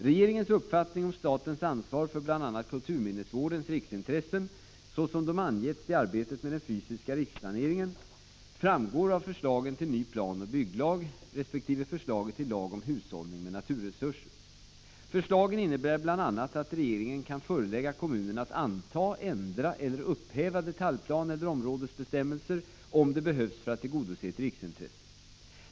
Regeringens uppfattning om statens ansvar för bl.a. kulturminnesvårdens riksintressen, såsom de angetts i arbetet med den fysiska riksplaneringen, framgår av förslagen till ny planoch bygglag resp. förslaget till lag om hushållning med naturresurser. Förslagen innebär bl.a. att regeringen kan förelägga kommunen att anta, ändra eller upphäva detaljplan eller områdesbestämmelser om det behövs för att tillgodose ett riksintresse.